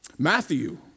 Matthew